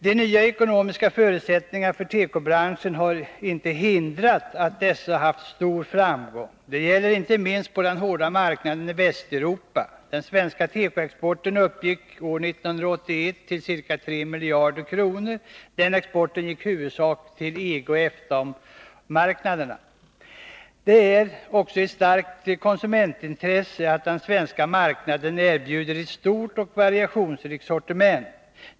De nya ekonomiska förutsättningarna för tekobranschen har inte hindrat att dessa företag har haft stor framgång. Det gäller inte minst på den hårda marknaden i Västeuropa. Den svenska tekoexporten uppgick år 1981 till ca 3 miljarder kronor. Den exporten gick huvudsakligen till EG och EFTA marknaderna. Det är ett starkt konsumentintresse att den svenska marknaden erbjuder ett stort och variationsrikt sortiment.